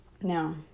Now